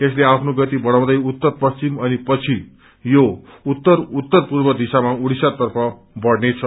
यसले आफ्नो गति बढ़ाउँदै उत्तर पश्चिम अनि पछि उत्तर उत्तर पूर्व दिशामा उड़िस्सा तटतर्फ बढ़नेछ